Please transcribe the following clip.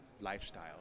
lifestyle